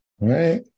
right